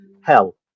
hell